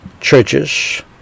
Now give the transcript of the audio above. churches